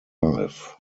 life